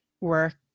work